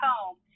home